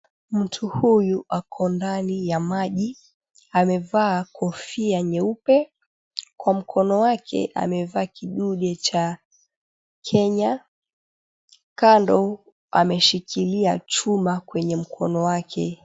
Mtu huyu ako ndani ya maji amevaa kofia nyeupe kwa mkono wake amevaa kidude cha Kenya. Kando ameshikilia chuma kwenye mkono wake.